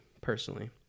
personally